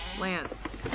Lance